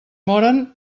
moren